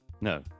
No